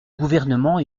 gouvernement